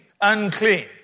unclean